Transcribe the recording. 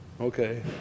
Okay